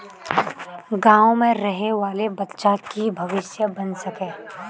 गाँव में रहे वाले बच्चा की भविष्य बन सके?